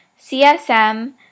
CSM